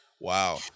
wow